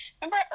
remember